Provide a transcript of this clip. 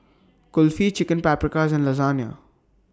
Kulfi Chicken Paprikas and Lasagna